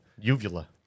Uvula